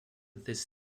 this